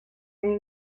این